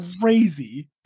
crazy